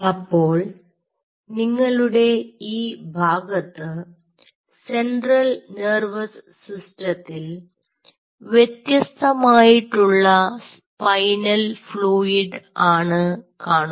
അപ്പോൾ നിങ്ങളുടെ ഈ ഭാഗത്ത് സെൻട്രൽ നെർവസ് സിസ്റ്റത്തിൽ വ്യത്യസ്തമായിട്ടുള്ള സ്പൈനൽ ഫ്ളൂയിഡ് ആണ് കാണുന്നത്